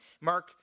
mark